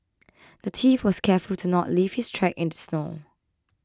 the thief was careful to not leave his tracks in the snow